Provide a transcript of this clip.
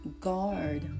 guard